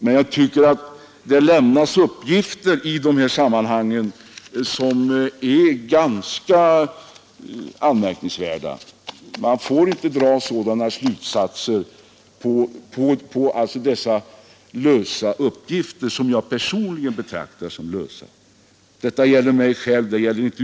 Men jag tycker att det lämnas uppgifter i dessa sammanhang som är ganska anmärkningsvärda. Man får inte dra sådana slutsatser på dessa uppgifter — som jag betraktar som lösa.